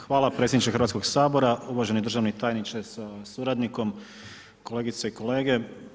Hvala predsjedniče Hrvatskog sabora, uvaženi državni tajniče sa suradnikom, kolegice i kolege.